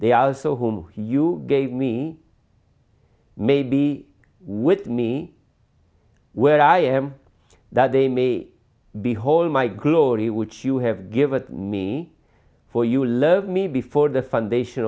they are so whom you gave me may be with me where i am that they may behold my glory which you have given me for you love me before the foundation